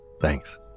Thanks